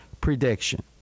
prediction